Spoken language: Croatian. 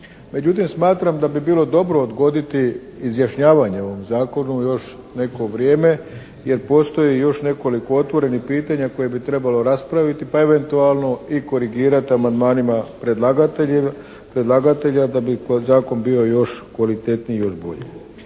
Međutim smatram da bi bilo dobro odgoditi izjašnjavanje o ovom zakonu još neko vrijeme jer postoji još nekoliko otvorenih pitanja koje bi trebalo raspraviti pa eventualno i korigirati amandmanima predlagatelja da bi zakon bio još kvalitetniji i još bolji.